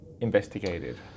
investigated